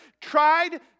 tried